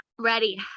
Ready